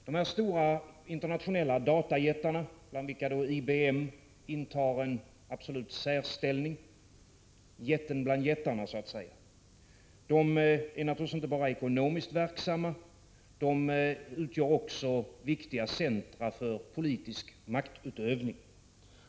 De stora internationella datajättarna, bland vilka IBM intar en absolut särställning — jätten bland jättarna, så att säga — är naturligtvis inte bara ekonomiskt verksamma, utan de utgör också viktiga centra för politisk maktutövning.